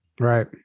Right